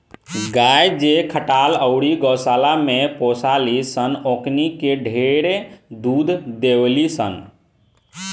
गाय जे खटाल अउरी गौशाला में पोसाली सन ओकनी के ढेरे दूध देवेली सन